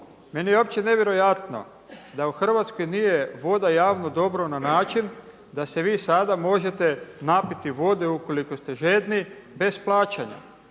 Meni je uopće nevjerojatno da u Hrvatskoj nije voda javno dobro na način da se vi sada možete napiti vode ukoliko ste žedni bez plaćanja.